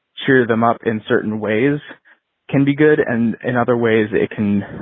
cheer them up in certain ways can be good. and in other ways it can